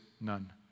None